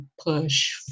push